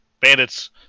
Bandits